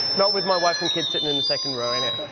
not with my wife and kids sitting in the second row anyway.